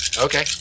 Okay